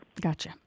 Gotcha